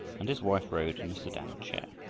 and his wife rode in a sedan-chair.